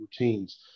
routines